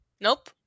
Nope